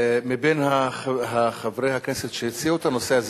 מבין חברי הכנסת שהציעו את הנושא הזה